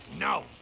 No